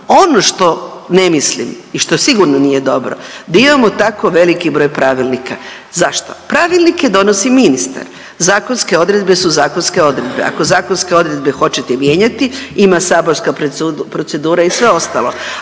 Ono što ne mislim i ono što sigurno nije dobro da imamo tako veliki broj pravilnika. Zašto? Pravilnike donosi ministar, zakonske odredbe su zakonske odredbe, ako zakonske odredbe hoćete mijenjati ima saborska procedura i sve ostalo,